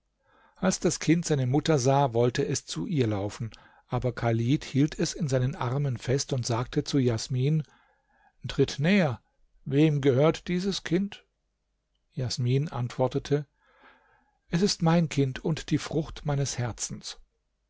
als das kind seine mutter sah wollte es zu ihr laufen aber chalid hielt es in seinen armen fest und sagte zu jasmin tritt näher wem gehört dieses kind jasmin antwortete es ist mein kind und die frucht meines herzens